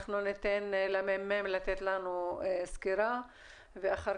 אנחנו ניתן לממ"מ לתת לנו סקירה ואחר